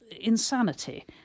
insanity